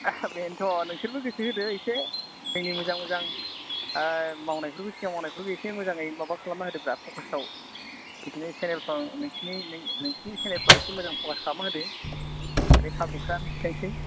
बेनोथ' नोंसोरबो गोसो होदो एसे जोंनि मोजां मोजां मावनायफोरखौ सिगांनि मावनाय फोरखौ एसे मोजाङै माबा खालामना होदोब्रा फ'खास आव बिदिनो सेनेलफ्राव नोंसिनि नोंसिनि सेनेलफ्राव मोजां फ'खासाव खालामनानै होदो आरो पाब्लिकफ्रा एसे मिथिथोंसै